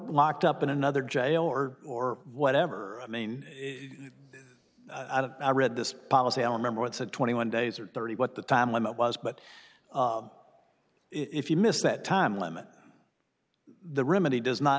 locked up in another jail or or whatever i mean i read this policy on member it's a twenty one days or thirty what the time limit was but if you miss that time limit the remedy does not